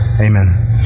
Amen